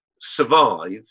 survive